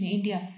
India